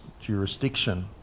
jurisdiction